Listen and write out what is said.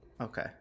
Okay